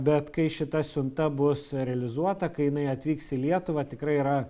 bet kai šita siunta bus realizuota kai jinai atvyks į lietuvą tikrai yra